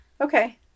okay